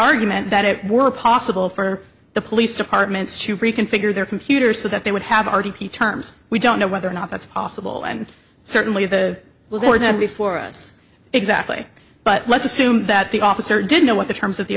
argument that it were possible for the police departments to reconfigure their computer so that they would have already key terms we don't know whether or not that's possible and certainly the will for them before us exactly but let's assume that the officer didn't know what the terms of the